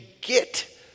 get